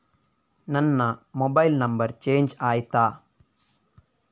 ನನ್ನ mobile number change ಆಯ್ತಾ?